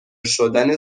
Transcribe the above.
شدن